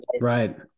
Right